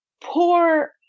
poor